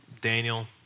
Daniel